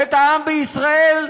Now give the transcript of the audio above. את העם בישראל למצדה,